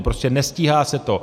Prostě nestíhá se to.